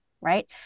Right